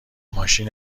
ماشین